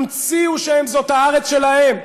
המציאו שזאת הארץ שלהם.